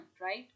Right